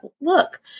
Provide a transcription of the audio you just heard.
look